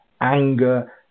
anger